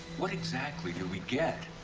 what exactly do we get?